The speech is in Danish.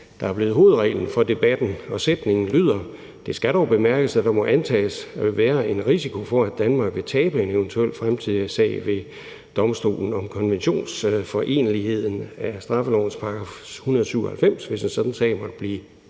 der er blevet hovedreglen for debatten. Sætningen lyder: Det skal dog bemærkes, at der må antages at være en risiko for, at Danmark vil tabe en eventuel fremtidig sag ved domstolen om konventionsforeneligheden af straffelovens § 197, hvis en sådan sag måtte blive